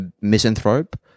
misanthrope